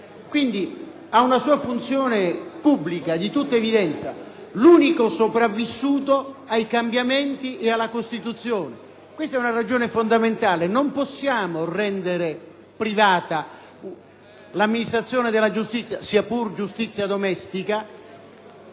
Ha una sua funzione pubblica di tutta evidenza: è l'unico sopravvissuto ai cambiamenti e alla Costituzione. Questa è una ragione fondamental: non possiamo rendere privata l'amministrazione della giustizia, sia pure giustizia domestica.